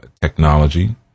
technology